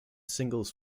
singles